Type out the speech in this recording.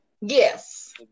Yes